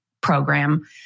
program